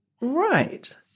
right